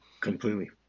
Completely